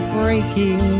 breaking